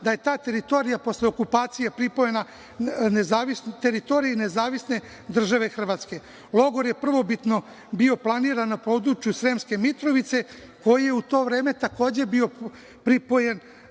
da je ta teritorija posle okupacije pripojena teritoriji Nezavisne države Hrvatske. Logor je prvobitno bio planiran na području Sremske Mitrovice, koja je u to vreme takođe bila pripojena